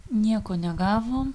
nieko negavom